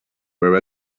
were